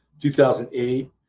2008